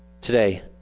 today